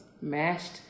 mashed